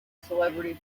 celebrity